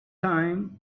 time